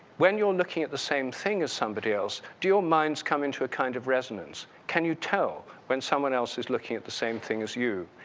when you're looking at the same thing as somebody else, do your minds come into a kind of resonance? can you tell when someone else is looking at the same thing as you?